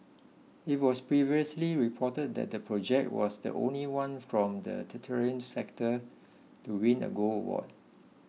it was previously reported that the project was the only one from the tertiary sector to win a gold award